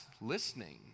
listening